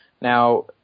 Now